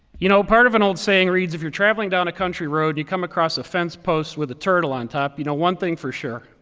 you know, part of an old saying reads, if you're traveling down a country road, and you come across a fence post with a turtle on top, you know one thing for sure.